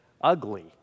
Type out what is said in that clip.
ugly